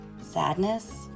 Sadness